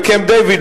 בקמפ-דייוויד,